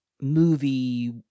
movie